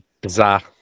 bizarre